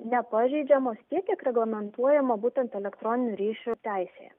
nepažeidžiamos tiek kiek reglamentuojama būtent elektroninių ryšių teisėje